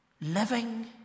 living